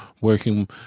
working